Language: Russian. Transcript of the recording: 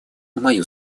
мою